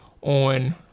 on